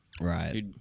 Right